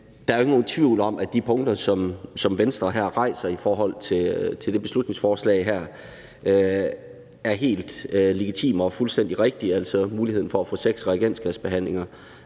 ikke nogen tvivl om, at de punkter, som Venstre rejser i det her beslutningsforslag, er helt legitime og fuldstændig rigtige, altså muligheden for at få seks reagensglasbehandlinger